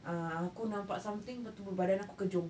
ah aku nampak something lepas tu tubuh badan aku kejung